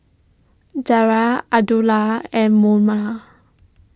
Dara Abdullah and Munah